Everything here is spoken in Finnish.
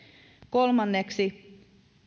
kolmanneksi